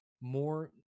More